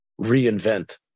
reinvent